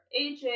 AJ